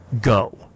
Go